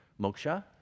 moksha